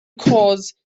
cause